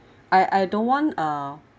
I I don't want uh